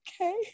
okay